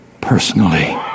personally